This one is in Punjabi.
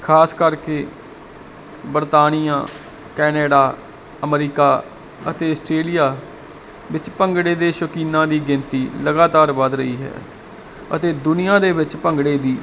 ਖਾਸ ਕਰਕੇ ਬਰਤਾਨੀਆ ਕੈਨੇਡਾ ਅਮਰੀਕਾ ਅਤੇ ਆਸਟਰੇਲੀਆ ਵਿੱਚ ਭੰਗੜੇ ਦੇ ਸ਼ੌਕੀਨਾਂ ਦੀ ਗਿਣਤੀ ਲਗਾਤਾਰ ਵੱਧ ਰਹੀ ਹੈ ਅਤੇ ਦੁਨੀਆਂ ਦੇ ਵਿੱਚ ਭੰਗੜੇ ਦੀ